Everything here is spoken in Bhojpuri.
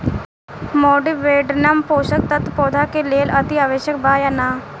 मॉलिबेडनम पोषक तत्व पौधा के लेल अतिआवश्यक बा या न?